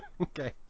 Okay